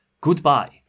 Goodbye